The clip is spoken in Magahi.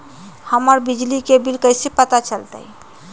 हमर बिजली के बिल कैसे पता चलतै?